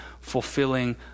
fulfilling